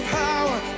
power